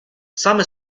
some